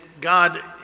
God